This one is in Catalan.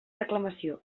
reclamació